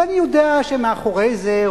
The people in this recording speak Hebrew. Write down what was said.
ואני יודע שמאחורי זה,